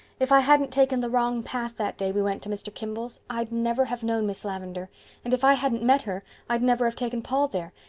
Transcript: if i hadn't taken the wrong path that day we went to mr. kimball's i'd never have known miss lavendar and if i hadn't met her i'd never have taken paul there.